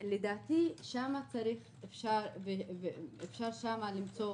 לדעתי, שם אפשר למצוא